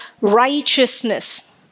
righteousness